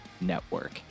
network